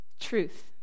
truth